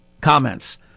comments